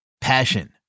Passion